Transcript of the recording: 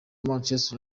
manchester